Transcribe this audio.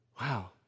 Wow